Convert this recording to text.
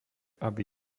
aby